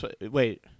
wait